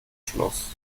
schluss